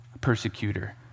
persecutor